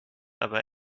aber